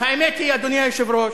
האמת היא, אדוני היושב-ראש,